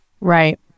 Right